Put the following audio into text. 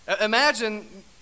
Imagine